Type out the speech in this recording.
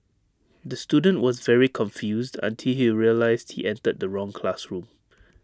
the student was very confused until he realised he entered the wrong classroom